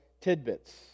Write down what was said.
tidbits